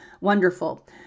wonderful